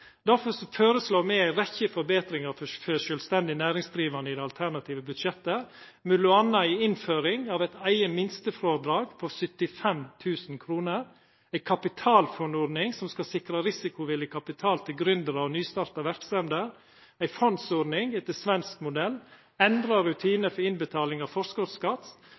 Derfor føreslår me ei rekkje forbetringar for sjølvstendig næringsdrivande i det alternative budsjettet, m.a. ei innføring av eit eige minstefrådrag på 75 000 kr, ei Kapitalfunn-ordning som skal sikra risikovillig kapital til gründerar og nystarta verksemder, ei fondsordning etter svensk modell, endra rutinar for innbetaling av forskotsskatt